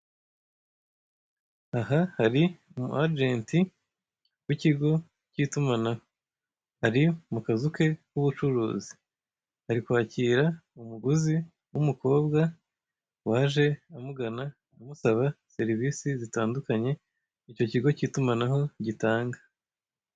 Aha hari umu ajenti w'ikigo k'itumanaho, ari mu kazu ke k'ubucuruzi, ari kwakira umuguzi w'umukobwa waje amugana amusaba serivise zitandukanye; icyo kigo k'itumanaho gitanga.